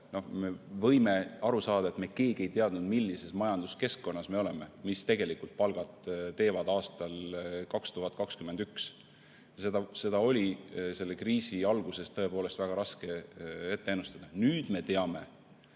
me võime aru saada, et me keegi ei teadnud, millises majanduskeskkonnas me oleme ja mis palgad teevad aastal 2021. Seda oli selle kriisi alguses tõepoolest väga raske ennustada. Nüüd me teame,